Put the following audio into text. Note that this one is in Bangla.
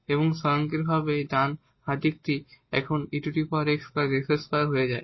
এবং স্বয়ংক্রিয়ভাবে ডান দিকটি এখন ex x2 হয়ে যায়